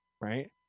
Right